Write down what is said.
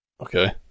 Okay